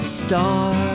star